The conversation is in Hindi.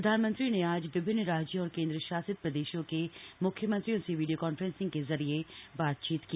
प्रधानमंत्री ने आज विभिन्न राज्यों और केंद्र शासित प्रदेशों के म्ख्यमंत्रियों से वीडियो कॉन्फ्रेंसिंग के जरिए बातचीत की